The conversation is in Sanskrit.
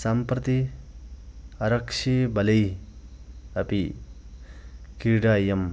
सम्प्रति आरक्षीबलैः अपि क्रीडायाम्